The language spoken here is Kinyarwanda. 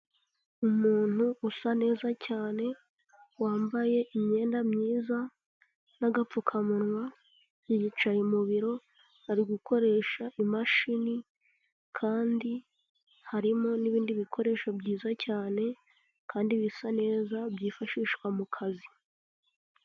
Umuntu usa neza cyane, wambaye imyenda myiza n'agapfukamunwa, yicaye mu biro, ari gukoresha imashini kandi harimo n'ibindi bikoresho byiza cyane kandi bisa neza byifashishwa mu kazi.